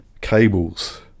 cables